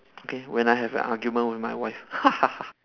okay when I have an argument with my wife